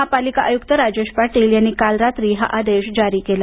महापालिका आयुक्त राजेश पाटील यांनी काल रात्री हा आदेश जारी केला